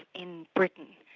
in britain,